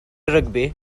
rygbi